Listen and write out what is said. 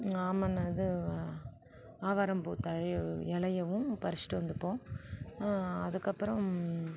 இது ஆவாரம்பூ தழை இலையவும் பறிச்சிட்டு வந்துப்போம் அதுக்கு அப்புறோம்